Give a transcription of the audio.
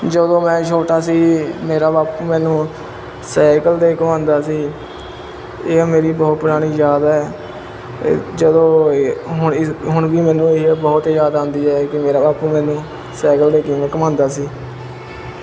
ਜਦੋਂ ਮੈਂ ਛੋਟਾ ਸੀ ਮੇਰਾ ਬਾਪੂ ਮੈਨੂੰ ਸਾਈਕਲ 'ਤੇ ਘੁੰਮਾਉਂਦਾ ਸੀ ਇਹ ਮੇਰੀ ਬਹੁਤ ਪੁਰਾਣੀ ਯਾਦ ਹੈ ਇ ਜਦੋਂ ਇ ਹੁਣ ਇ ਹੁਣ ਵੀ ਮੈਨੂੰ ਇਹ ਬਹੁਤ ਯਾਦ ਆਉਂਦੀ ਹੈ ਕਿ ਮੇਰਾ ਬਾਪੂ ਮੈਨੂੰ ਸਾਈਕਲ 'ਤੇ ਕਿਵੇਂ ਘੁੰਮਾਉਂਦਾ ਸੀ